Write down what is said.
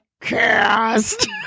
Cast